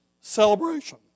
celebration